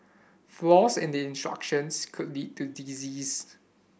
flaws in the instructions could lead to disease